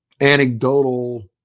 anecdotal